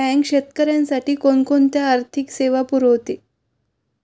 Bank शेतीसाठी कोणकोणत्या आर्थिक सेवा पुरवते?